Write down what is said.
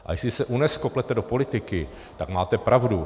A jestli se UNESCO plete do politiky, tak máte pravdu.